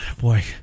boy